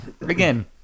Again